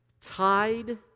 Tied